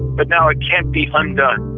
but now ah can't be undone.